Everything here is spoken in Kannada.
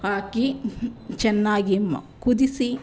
ಹಾಕಿ ಚೆನ್ನಾಗಿ ಕುದಿಸಿ